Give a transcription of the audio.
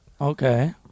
Okay